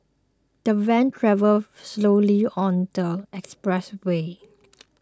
the van travelled slowly on the expressway